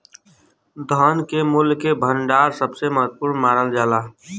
धन के मूल्य के भंडार सबसे महत्वपूर्ण मानल जाला